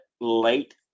late